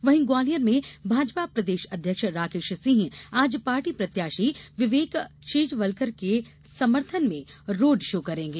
वहीं ग्वालियर में भाजपा प्रदेश अध्यक्ष राकेश सिंह आज पार्टी प्रत्याशी विवेक शेजवलकर के समर्थन में रोड शो करेंगे